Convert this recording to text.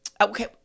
okay